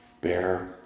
bear